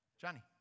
Johnny